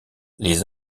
les